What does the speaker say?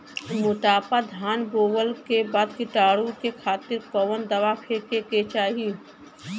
मोटका धान बोवला के बाद कीटाणु के खातिर कवन दावा फेके के चाही?